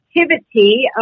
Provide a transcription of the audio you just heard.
activity